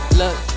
look